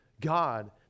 God